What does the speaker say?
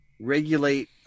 regulate